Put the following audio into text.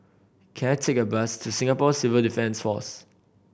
can I take a bus to Singapore Civil Defence Force